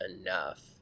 enough